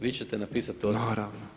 Vi ćete napisati osvrt?